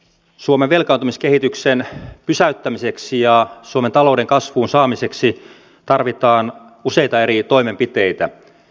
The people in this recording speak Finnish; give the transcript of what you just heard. suomen velkaantumiskehityksen pysäyttämiseksi ja suomen talouden kasvuun saamiseksi tarvitaan useita eri toimenpiteitä